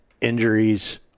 injuries